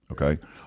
Okay